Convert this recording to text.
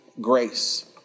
grace